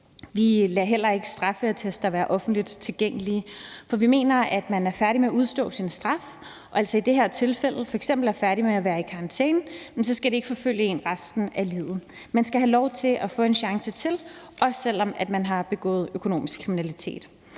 Vi lader heller ikke straffeattester være offentligt tilgængelige, for vi mener, at når man er færdig med at udstå sin straf, og altså i det her tilfælde er færdig med at være i karantæne, skal det ikke forfølge en resten af livet. Man skal have lov til at få en chance til, også selv om man har begået økonomisk kriminalitet.